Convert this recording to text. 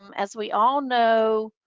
um as we all know,